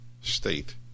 state